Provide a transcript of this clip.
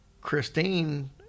Christine